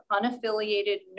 unaffiliated